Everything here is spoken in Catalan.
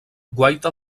guaita